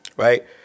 Right